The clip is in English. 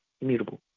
immutable